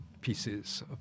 pieces